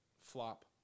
flop